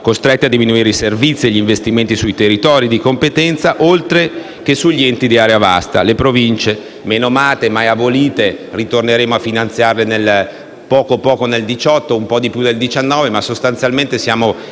costretti a diminuire i servizi e gli investimenti sui territori di competenza, oltre che sugli enti di area vasta come le provincie, menomate ma mai abolite, che ritorneremo a finanziare poco nel 2018 e un po' di più nel 2019. Sostanzialmente ci